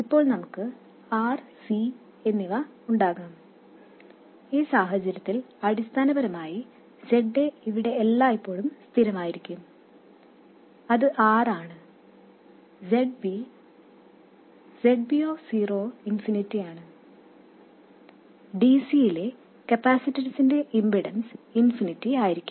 ഇപ്പോൾ നമുക്ക് R C എന്നിവ ഉണ്ടാകാം ഈ സാഹചര്യത്തിൽ അടിസ്ഥാനപരമായി Za ഇവിടെ എല്ലായ്പ്പോഴും സ്ഥിരമായിരിക്കും അത് R ആണ് Zb ഓഫ് സീറോ ഇൻഫിനിറ്റിയാണ് dc യിലെ കപ്പാസിറ്ററിന്റെ ഇംപെഡൻസ് ഇൻഫിനിറ്റി ആയിരിക്കും